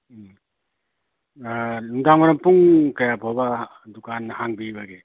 ꯎꯝ ꯅꯨꯡꯗꯥꯡ ꯋꯥꯏꯔꯝ ꯄꯨꯡ ꯀꯌꯥ ꯐꯥꯎꯕ ꯗꯨꯀꯥꯟ ꯍꯥꯡꯕꯤꯕꯒꯦ